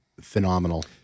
phenomenal